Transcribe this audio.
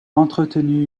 entretenu